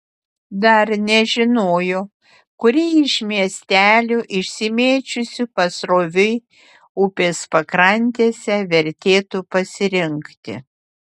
dar nežinojo kurį iš miestelių išsimėčiusių pasroviui upės pakrantėse vertėtų pasirinkti